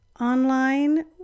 online